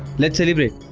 let's celebrate.